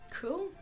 Cool